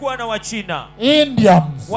Indians